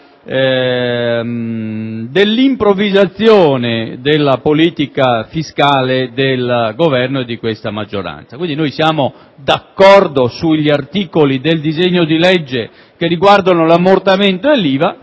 dell'improvvisazione della politica fiscale del Governo e di questa maggioranza. Siamo d'accordo sugli articoli del disegno di legge che riguardano gli ammortamenti e l'IVA,